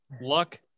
Luck